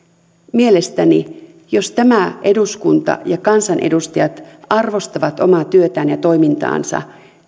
mielestäni jos tämä eduskunta ja kansanedustajat arvostavat omaa työtään ja toimintaansa